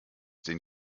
den